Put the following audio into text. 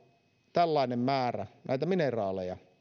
tällainen määrä näitä mineraaleja